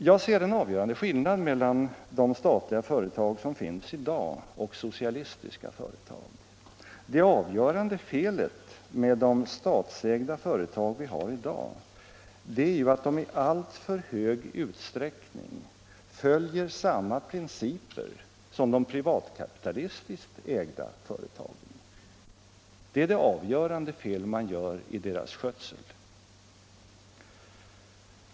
Jag ser en avgörande skillnad mellan de statliga företag som finns i dag och socialistiska företag. Det stora felet med de statsägda företag som vi har i dag är att de i alltför hög grad följer samma principer som de privatkapitalistiskt ägda företagen. Det är det avgörande felet i företagens skötsel.